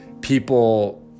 people